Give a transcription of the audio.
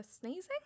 Sneezing